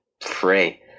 free